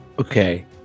Okay